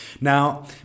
Now